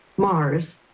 Mars